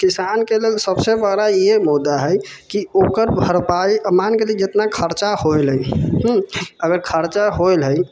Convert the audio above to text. किसान के लेल सबसे बड़ा ईहे मुद्दा है की ओकर भरपाइ मान गेली जितना खर्चा होइल है हूँ अगर खर्चा होइल है